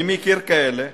אני מכיר כאלה,